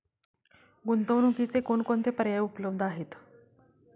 गुंतवणुकीचे कोणकोणते पर्याय उपलब्ध आहेत?